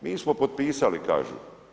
Mi smo potpisali, kažu.